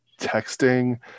texting